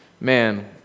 Man